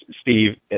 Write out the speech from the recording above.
Steve